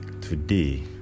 Today